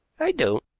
i don't.